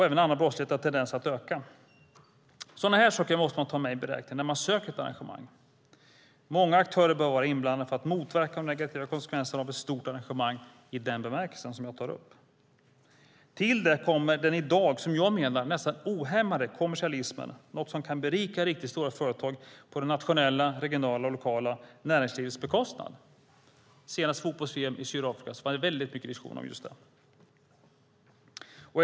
Även annan brottslighet har en tendens att öka. Sådana här saker måste man ta med i beräkningen när man söker ett arrangemang. Många aktörer behöver vara inblandade för att motverka de negativa konsekvenserna av ett stort arrangemang i den bemärkelse som jag tar upp. Till det kommer den i dag som jag menar nästan ohämmade kommersialismen, något som kan berika riktigt stora företag på det nationella, regionala och lokala näringslivets bekostnad. Vid senaste fotbolls-VM i Sydafrika var det väldigt mycket diskussion om just det.